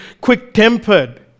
quick-tempered